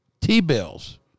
T-bills